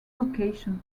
location